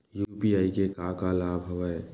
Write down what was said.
UPI के का का लाभ हवय?